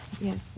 Yes